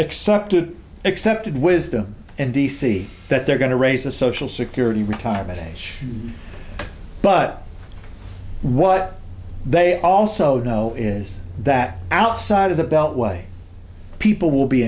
accepted accepted wisdom in d c that they're going to raise the social security retirement age but what they also do know is that outside of the beltway people will be